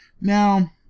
Now